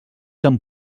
tan